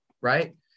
right